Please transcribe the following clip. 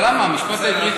אבל המשפט העברי,